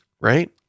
right